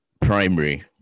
primary